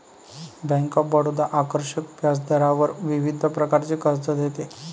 bank of Baroda आकर्षक व्याजदरावर विविध प्रकारचे कर्ज देते